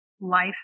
life